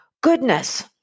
Goodness